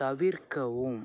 தவிர்க்கவும்